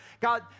God